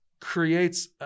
creates